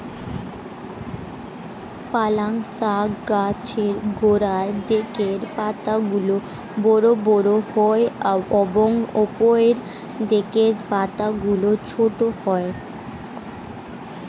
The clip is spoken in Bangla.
পালং শাক গাছের গোড়ার দিকের পাতাগুলো বড় বড় হয় এবং উপরের দিকের পাতাগুলো ছোট হয়